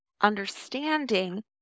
understanding